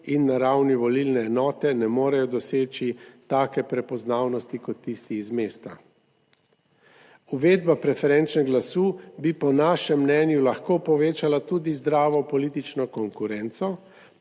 in na ravni volilne enote ne morejo doseči take prepoznavnosti kot tisti iz mesta. Uvedba preferenčnega glasu bi po našem mnenju lahko povečala tudi zdravo politično konkurenco,